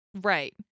Right